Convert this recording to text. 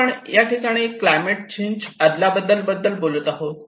आपण या ठिकाणी क्लायमेट चेंज आदलाबदल बद्दल बोलत आहोत